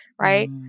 right